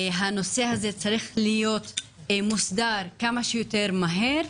הנושא הזה צריך להיות מוסדר כמה שיותר מהר.